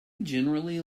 generally